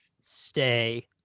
stay